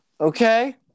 Okay